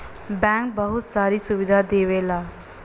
bank बहुते सारी सुविधा देवला